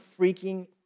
freaking